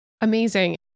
Amazing